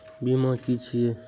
बीमा की छी ये?